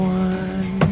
one